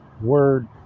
word